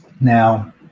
Now